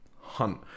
hunt